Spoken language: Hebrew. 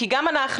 כי גם אנחנו,